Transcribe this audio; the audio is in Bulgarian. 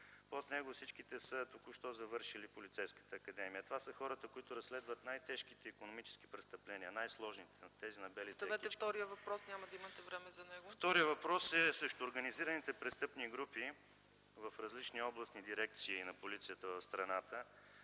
Под него всичките са току-що завършили Полицейската академия. Това са хората, които разследват най-тежките икономически престъпления, най-сложните – тези на „белите якички”. ПРЕДСЕДАТЕЛ ЦЕЦКА ЦАЧЕВА: Поставете си втория въпрос, няма да имате време за него. ЕМИЛ ВАСИЛЕВ: Вторият въпрос е срещу организираните престъпни групи в различни областни дирекции на полицията в страната,